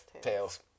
Tails